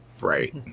Right